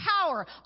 power